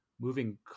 moving